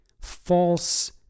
false